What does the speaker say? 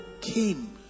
came